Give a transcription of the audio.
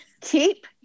Keep